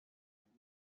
entre